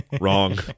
wrong